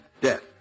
Death